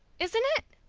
isn't it?